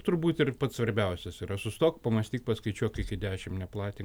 turbūt ir pats svarbiausias yra sustok pamąstyk paskaičiuok iki dešim neplatink